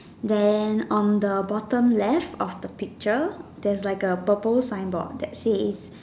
then on the bottom left of the picture there's like a purple sign board that says